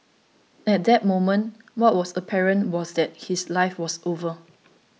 at that moment what was apparent was that his life was over